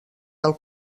del